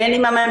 בין עם המנכ"ל,